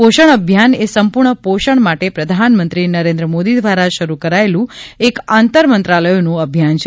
પોષણ અભિયાન એ સંપૂર્ણ પોષણ માટે પ્રધાનમંત્રી નરેન્દ્ર મોદી દ્વારા શરૂ કરાયેલું એક આંતર મંત્રાલયોનું અભિયાન છે